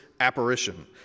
apparition